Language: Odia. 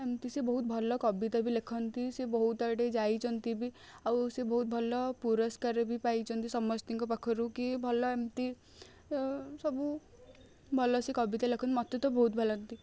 ଏମିତି ସେ ବହୁତ ଭଲ କବିତା ବି ଲେଖନ୍ତି ସେ ବହୁତ ଆଡ଼େ ଯାଇଛନ୍ତି ବି ଆଉ ସେ ବହୁତ ଭଲ ପୁରସ୍କାର ବି ପାଇଛନ୍ତି ସମସ୍ତିଙ୍କ ପାଖରୁ କି ଭଲ ଏମିତି ସବୁ ଭଲସେ କବିତା ଲେଖନ୍ତି ମୋତେ ତ ବହୁତ ଭଲ ଲାଗନ୍ତି